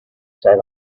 sat